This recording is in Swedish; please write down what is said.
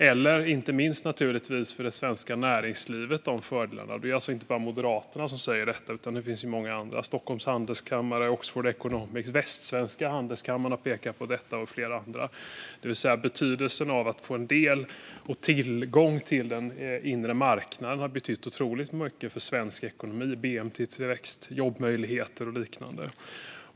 Inte minst finns det fördelar för det svenska näringslivet. Det är inte bara Moderaterna som säger detta, utan det finns många andra. Stockholms Handelskammare, Oxford Economics och Västsvenska Handelskammaren har pekat på detta, liksom flera andra. Tillgången till en inre marknad har betytt otroligt mycket för svensk ekonomi, bnp-tillväxt, jobbmöjligheter och liknande.